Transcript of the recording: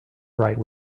right